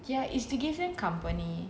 ya instigation company